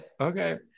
okay